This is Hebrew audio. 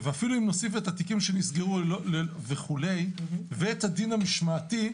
ואפילו אם נוסיף את התיקים שנסגרו וכו' ואת הדין המשמעתי,